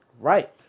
Right